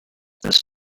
this